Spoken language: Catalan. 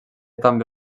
també